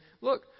look